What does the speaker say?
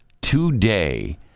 today